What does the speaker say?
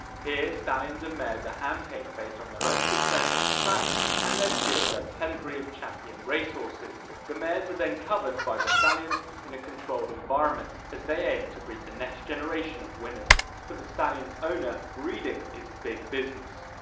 here, stallions and mares are hand-picked based on their own success on the track and their purebred pedigree of champion race horses. the mares are then covered by the stallions in a controlled environment, as they aim to breed the next generation of winners. for the stallion's owner, breeding is big business.